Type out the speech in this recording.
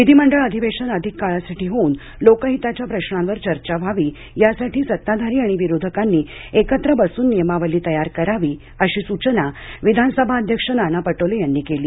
विधिमंडळ अधिवेशन अधिक काळासाठी होऊन लोकहिताच्या प्रशावर चर्चा व्हावी यासाठी सत्ताधारी आणि विरोधकांनी एकत्र बसून नियमावली तयार करावी अशी सुचना विधानसभा अध्यक्ष नाना पटोले यांनी केली